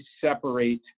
separate